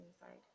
inside